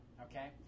okay